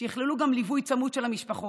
שיכללו גם ליווי צמוד של המשפחות,